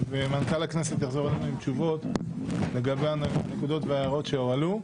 ומנכ"ל הכנסת יחזור אלינו עם תשובות לגבי הנקודות וההערות שהועלו.